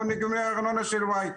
נגבה ארנונה של Y,